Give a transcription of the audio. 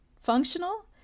functional